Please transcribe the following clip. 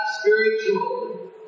spiritual